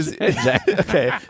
okay